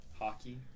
hockey